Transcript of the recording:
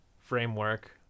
framework